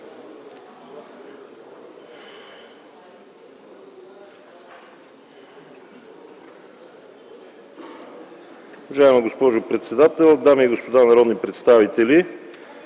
Уважаема госпожо председател, дами и господа народни представители!